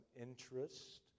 interest